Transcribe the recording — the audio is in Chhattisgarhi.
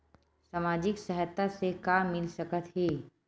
सामाजिक सहायता से का मिल सकत हे?